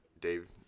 Dave